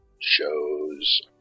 shows